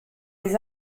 les